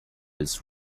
its